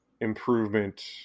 improvement